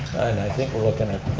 and i think we're looking ah